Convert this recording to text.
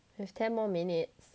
we have ten more minutes